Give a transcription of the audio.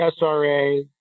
SRA